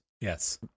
Yes